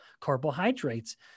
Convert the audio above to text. carbohydrates